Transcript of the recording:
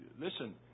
Listen